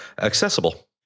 accessible